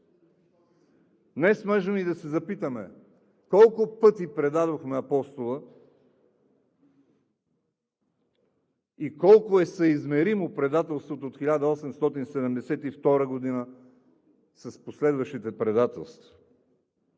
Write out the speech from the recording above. Днес можем и да се запитаме: колко пъти предадохме Апостола и колко е съизмеримо предателството от 1872 г. с последващите предателства?!